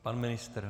Pan ministr?